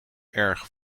erg